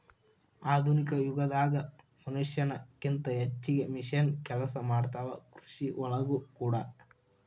ಆಧುನಿಕ ಯುಗದಾಗ ಮನಷ್ಯಾನ ಕಿಂತ ಹೆಚಗಿ ಮಿಷನ್ ಕೆಲಸಾ ಮಾಡತಾವ ಕೃಷಿ ಒಳಗೂ ಕೂಡಾ